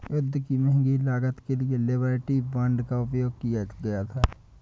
युद्ध की महंगी लागत के लिए लिबर्टी बांड का उपयोग किया गया था